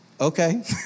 okay